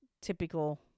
typical